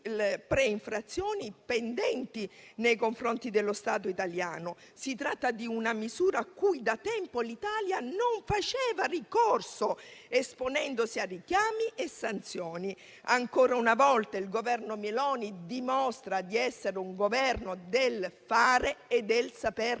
pre-infrazione pendenti nei confronti dello Stato italiano. Si tratta di una misura cui da tempo l'Italia non faceva ricorso, esponendosi a richiami e sanzioni. Ancora una volta il Governo Meloni dimostra di essere un Esecutivo del fare e del saper